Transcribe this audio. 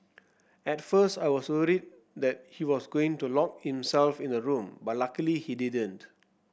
at first I was worried that he was going to lock himself in the room but luckily he didn't